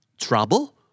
trouble